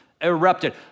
erupted